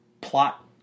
plot